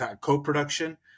co-production